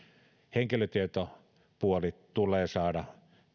henkilötietopuoli tulee saada